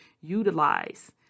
utilize